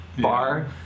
bar